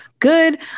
good